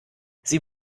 sie